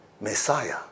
Messiah